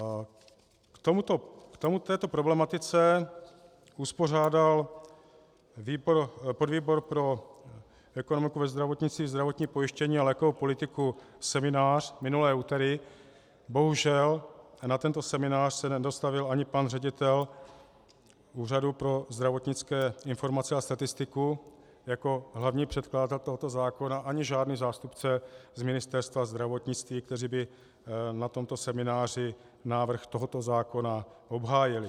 K této problematice uspořádal podvýbor pro ekonomiku ve zdravotnictví, zdravotní pojištění a lékovou politiku seminář minulé úterý, bohužel se na tento seminář nedostavil ani pan ředitel Úřadu pro zdravotnické informace a statistiku jako hlavní předkladatel tohoto zákona ani žádný zástupce z Ministerstva zdravotnictví, kteří by na tomto semináři návrh tohoto zákona obhájili.